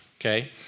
okay